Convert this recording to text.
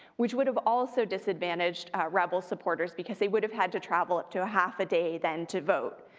which would have also disadvantaged rebel supporters because they would have had to travel up to a half a day then to vote.